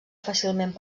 fàcilment